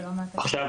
עכשיו,